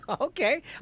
Okay